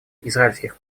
израильских